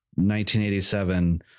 1987